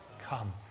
Come